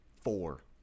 Four